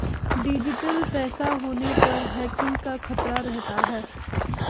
digital पैसा होने पर हैकिंग का खतरा रहता है